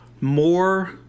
More